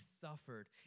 suffered